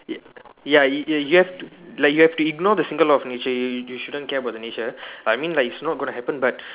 ya you you have like you have to ignore the single law of nature you you shouldn't care about the nature I mean like it's not going to happen but